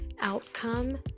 outcome